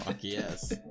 yes